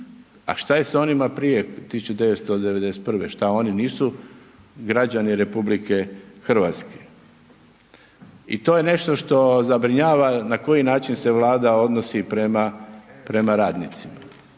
A što se s onima prije 1991.? što oni nisu građani RH? I to je nešto što zabrinjava na koji način se Vlada odnosi prema radnicima.